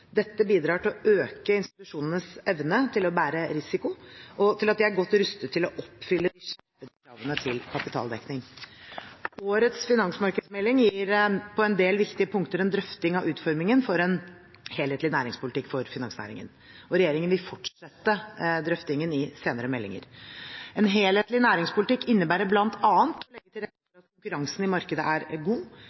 Dette bidrar til å øke institusjonenes evne til å bære risiko, og til at de er godt rustet til å oppfylle de skjerpede kravene til kapitaldekning. Årets finansmarknadsmelding gir på en del viktige punkter en drøfting av utformingen av en helhetlig næringspolitikk for finansnæringen. Regjeringen vil fortsette drøftingen i senere meldinger. En helhetlig næringspolitikk innebærer bl.a. å legge til rette for at konkurransen i markedet er god,